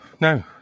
no